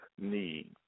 need